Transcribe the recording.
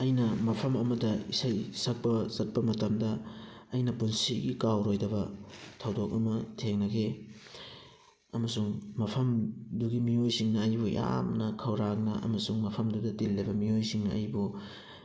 ꯑꯩꯅ ꯃꯐꯝ ꯑꯃꯗ ꯏꯁꯩ ꯁꯛꯄ ꯆꯠꯄ ꯃꯇꯝꯗ ꯑꯩꯅ ꯄꯨꯟꯁꯤꯒꯤ ꯀꯥꯎꯔꯣꯏꯗꯕ ꯊꯧꯗꯣꯛ ꯑꯃ ꯊꯦꯡꯅꯈꯤ ꯑꯃꯁꯨꯡ ꯃꯐꯝꯗꯨꯒꯤ ꯃꯤꯑꯣꯏꯁꯤꯡꯅ ꯑꯩꯕꯨ ꯌꯥꯝꯅ ꯈꯧꯔꯥꯡꯅ ꯑꯃꯁꯨꯡ ꯃꯐꯝꯗꯨꯗ ꯇꯤꯜꯂꯤꯕ ꯃꯤꯑꯣꯏꯁꯤꯡꯅ ꯑꯩꯕꯨ